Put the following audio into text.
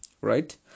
right